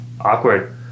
awkward